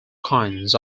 kinds